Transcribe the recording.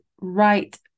right